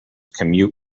commute